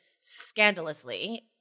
scandalously